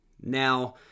Now